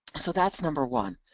so that's number one.